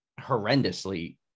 horrendously